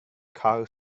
car